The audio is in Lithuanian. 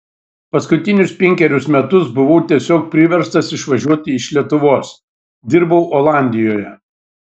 paskutinius penkerius metus buvau tiesiog priverstas išvažiuoti iš lietuvos dirbau olandijoje